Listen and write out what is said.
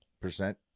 percent